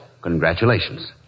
Congratulations